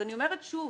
אני אומרת שוב